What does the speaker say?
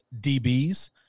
DBs